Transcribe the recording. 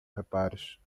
reparos